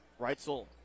Reitzel